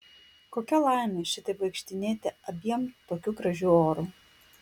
kokia laimė šitaip vaikštinėti abiem tokiu gražiu oru